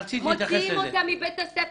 מוציאים אותם מבית הספר.